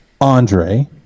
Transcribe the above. Andre